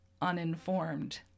uninformed